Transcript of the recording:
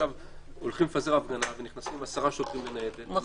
כשהולכים לפזר הפגנה ונכנסים עשרה שוטרים לניידת,